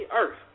earth